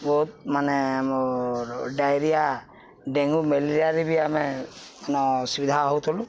ବହୁତ ମାନେ ଆମର୍ ଡାଇରିଆ ଡେଙ୍ଗୁ ମେଲେରିଆରେ ବି ଆମେ ମାନ ସୁବିଧା ହଉଥିଲୁ